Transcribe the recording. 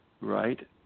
Right